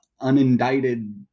unindicted